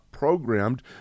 programmed